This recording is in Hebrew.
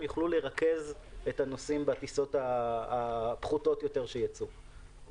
יוכלו לרכז את הנוסעים בטיסות הפחותות יותר שיצאו.